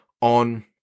on